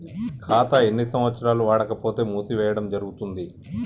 ఖాతా ఎన్ని సంవత్సరాలు వాడకపోతే మూసివేయడం జరుగుతుంది?